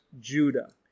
Judah